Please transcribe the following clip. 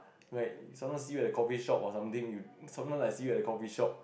right someone see you at the coffee shop or something you sometimes I see you at the coffee shop